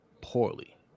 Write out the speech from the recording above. poorly